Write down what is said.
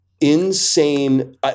insane